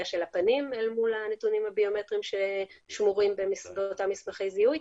של הפנים אל מול הנתונים הביומטריים ששמורים באותם מסמכי זיהוי.